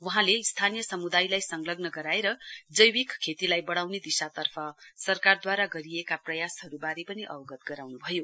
वहाँले स्थानीय सम्दायलाई संलग्न गराएर जैविक खेतीलाई बडाउने दिशातर्फ सरकारद्वारा गरिएका प्रयासहरूबारे पनि अवगत गराउनु भयो